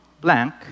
blank